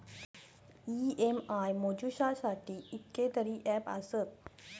EMI मोजुच्यासाठी कितकेतरी app आसत